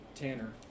Tanner